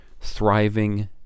Thriving